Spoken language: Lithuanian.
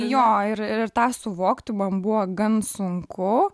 jo ir ir tą suvokti man buvo gan sunku